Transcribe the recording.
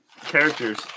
characters